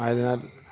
അതിന്